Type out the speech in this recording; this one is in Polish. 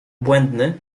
błędny